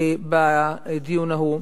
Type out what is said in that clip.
בדיון ההוא.